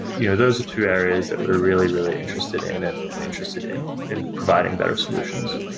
you know those are two areas that we're really, really interested in and and interested in in providing better solutions